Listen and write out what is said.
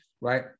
right